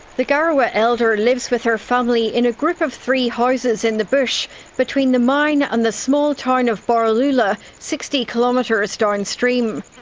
the garawa elder lives with her family in a group of three houses in the bush between the mine and the small town of borroloola, sixty kilometres downstream.